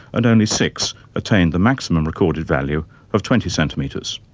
and only six attained the maximum recorded value of twenty centimetres.